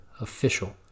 official